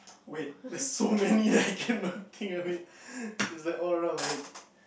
wait there's so many I cannot think of it is like all around the head